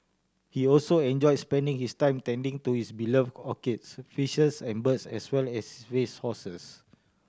he also enjoy spending his time tending to his belove orchids fishes and birds as well as his race horses